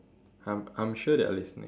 I'm I'm sure they are listening